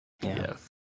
Yes